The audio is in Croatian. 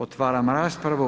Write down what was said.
Otvaram raspravu.